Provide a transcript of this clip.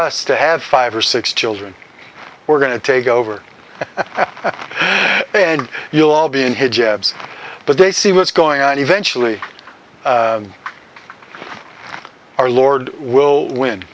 us to have five or six children we're going to take over and you'll all be in his jabs but they see what's going on eventually our lord will win